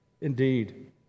Indeed